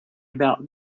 about